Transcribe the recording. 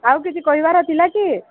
ଆଉ କିଛି କହିବାର ଥିଲା କି